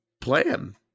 plan